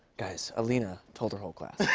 guys, alena told her whole class.